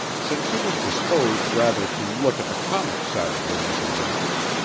since she was disposed rather to look at the comic side of her misadventures,